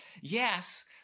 yes